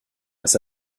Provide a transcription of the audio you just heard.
dass